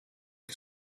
che